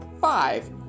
Five